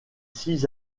six